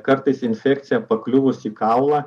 kartais infekcija pakliuvus į kaulą